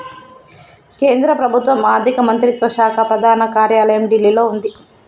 కేంద్ర ప్రభుత్వం ఆర్ధిక మంత్రిత్వ శాఖ ప్రధాన కార్యాలయం ఢిల్లీలో వుంది